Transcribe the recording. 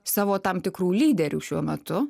savo tam tikrų lyderių šiuo metu